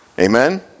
Amen